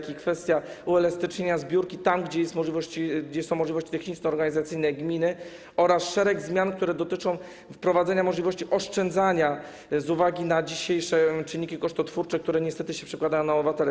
To kwestia uelastycznienia zbiórki tam, gdzie są możliwości techniczno-organizacyjne gminy, oraz szereg zmian, które dotyczą wprowadzenia możliwości oszczędzania z uwagi na dzisiejsze czynniki kosztotwórcze, które niestety się przekładają na obywateli.